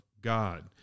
God